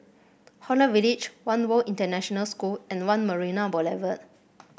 Holland Village One World International School and One Marina Boulevard